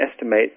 estimate